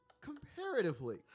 comparatively